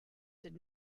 did